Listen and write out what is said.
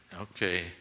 Okay